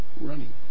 Running